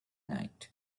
night